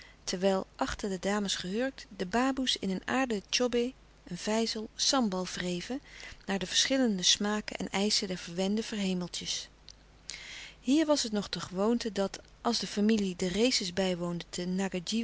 terwijl achter de dames gehurkt de baboe's in een vijzel sambal wreven naar de verschillende smaken en eischen der verwende verhemeltetjes hier was het nog de gewoonte dat als de familie de races bijwoonde te